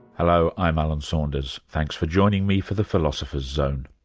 hello, i'm alan saunders, thanks for joining me for the philosopher's zone.